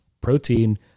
protein